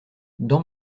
dans